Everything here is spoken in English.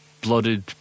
blooded